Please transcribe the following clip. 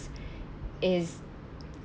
is